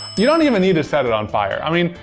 you don't even need to set it on fire. i mean,